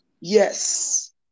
Yes